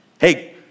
Hey